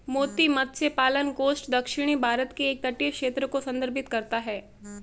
मोती मत्स्य पालन कोस्ट दक्षिणी भारत के एक तटीय क्षेत्र को संदर्भित करता है